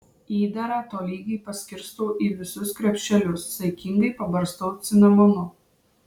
įdarą tolygiai paskirstau į visus krepšelius saikingai pabarstau cinamonu